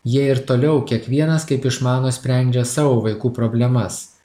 jie ir toliau kiekvienas kaip išmano sprendžia savo vaikų problemas